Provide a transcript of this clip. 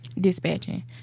Dispatching